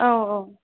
औ औ